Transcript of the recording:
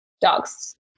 dogs